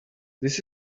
this